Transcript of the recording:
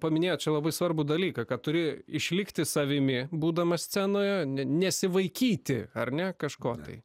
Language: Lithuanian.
paminėjot čia labai svarbų dalyką kad turi išlikti savimi būdamas scenoje ne nesivaikyti ar ne kažko tai